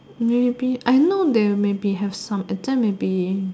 maybe I know there maybe have some attempt maybe